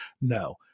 No